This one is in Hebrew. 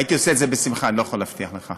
הייתי עושה את זה בשמחה, אני לא יכול להבטיח לך.